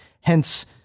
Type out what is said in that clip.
Hence